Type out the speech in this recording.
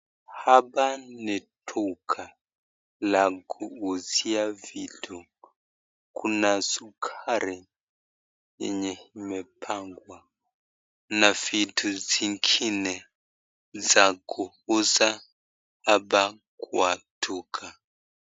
Hapa ni duka la kuuzia vitu. Kuna sukari yenye imepangwa na vitu zingine za kuuza hapa kwa duka.